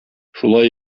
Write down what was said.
шулай